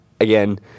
again